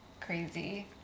crazy